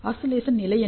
oscillation நிலை என்ன